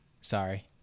Sorry